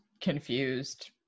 confused